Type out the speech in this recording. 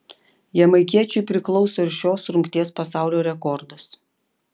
jamaikiečiui priklauso ir šios rungties pasaulio rekordas